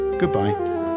Goodbye